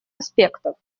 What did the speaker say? аспектов